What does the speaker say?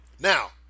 Now